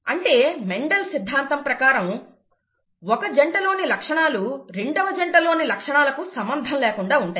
అంటే మెండల్ సిద్ధాంతం ప్రకారం ఒక జంట లోని లక్షణాలు రెండవ జంట లోని లక్షణాలకు సంబంధం లేకుండా ఉంటాయి